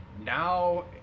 now